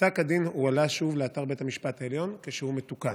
פסק הדין הועלה שוב לאתר בית המשפט העליון כשהוא מתוקן.